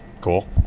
cool